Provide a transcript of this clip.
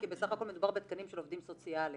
כי בסך הכל מדובר בתקנים של עובדים סוציאליים.